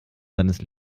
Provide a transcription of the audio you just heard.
seines